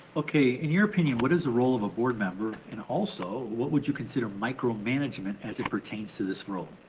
okay, in your opinion, what is the role of a board member, and also what would you consider micromanagement as it pertains to this role?